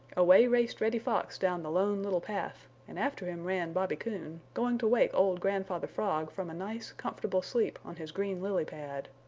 away raced reddy fox down the lone little path and after him ran bobby coon, going to wake old grandfather frog from a nice comfortable sleep on his green lily pad.